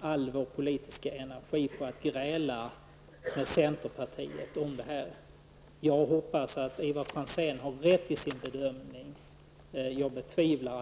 all vår politiska energi på att gräla med centerpartiet om detta. Jag hoppas att Ivar Franzén har rätt i sin bedömning, vilket jag betvivlar.